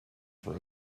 for